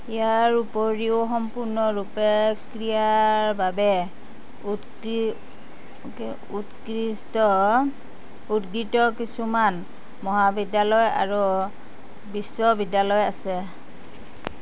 ইয়াৰ উপৰিও সম্পূৰ্ণৰূপে ক্ৰীড়াৰ বাবে উৎকৃ উৎকৃষ্ট উদগৃত কিছুমান মহাবিদ্যালয় আৰু বিশ্ববিদ্যালয় আছে